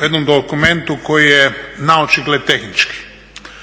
o jednom dokumentu koji je naočigled tehnički.